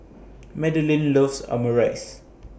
Madeline loves Omurice